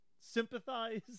sympathize